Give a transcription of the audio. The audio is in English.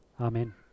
Amen